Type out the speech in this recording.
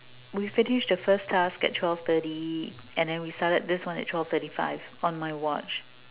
we finished the first half at twelve thirty and then we started this one at twelve thirty five on my watch